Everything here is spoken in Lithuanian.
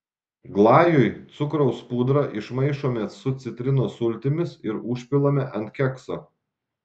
glajui cukraus pudrą išmaišome su citrinos sultimis ir užpilame ant kekso